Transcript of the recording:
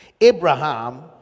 Abraham